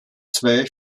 zwei